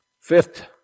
fifth